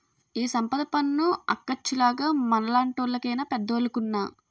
ఈ సంపద పన్ను అక్కచ్చాలుగ మనలాంటోళ్లు కేనా పెద్దోలుకున్నా